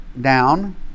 down